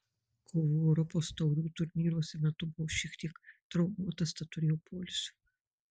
kovų europos taurių turnyruose metu buvau šiek tiek traumuotas tad turėjau poilsio